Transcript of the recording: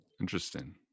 Interesting